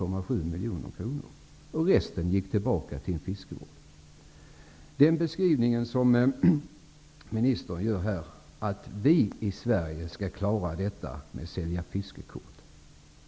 Ministern sade i sitt svar att vi i Sverige skall klara detta med att sälja fiskekort.